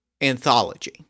anthology